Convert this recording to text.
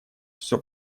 что